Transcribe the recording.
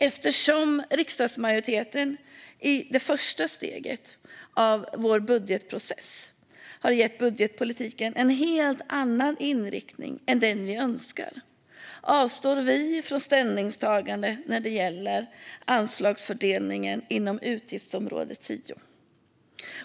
Eftersom riksdagsmajoriteten i det första steget av vår budgetprocess har gett budgetpolitiken en helt annan inriktning än den vi önskar avstår vi från ställningstagande när det gäller anslagsfördelningen inom utgiftsområde 10.